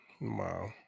Wow